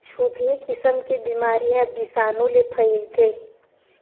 छुतही किसम के बिमारी ह बिसानु ले फइलथे